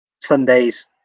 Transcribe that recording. sundays